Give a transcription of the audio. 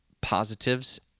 positives